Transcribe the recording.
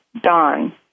Don